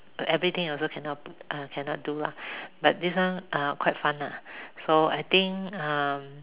everything also cannot p~ uh cannot do lah but this one quite fun lah so I think um